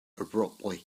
abruptly